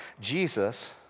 Jesus